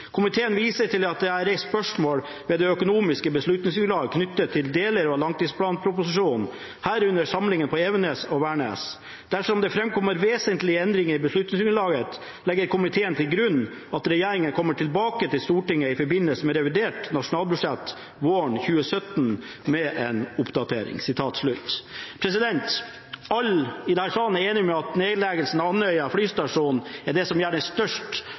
komiteen til grunn at regjeringen kommer tilbake til Stortinget i forbindelse med revidert nasjonalbudsjett våren 2017 med en oppdatering.» Alle i denne salen er enige om at av forslagene som foreligger, er nedleggelsen av Andøya flystasjon det som